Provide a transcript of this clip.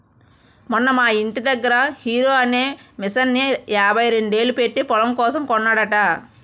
మొన్న మా యింటి దగ్గర హారో అనే మిసన్ని యాభైరెండేలు పెట్టీ పొలం కోసం కొన్నాడట